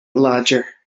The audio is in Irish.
láidir